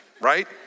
right